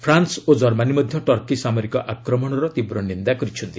France ଓ Germany ମଧ୍ୟ Turkey ସାମରିକ ଆକ୍ରମଣର ତୀବ୍ର ନିନ୍ଦା କରିଛନ୍ତି